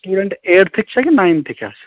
student ایٹتھٕکۍ چھا کِنہٕ نایِنتھٕکۍ حظ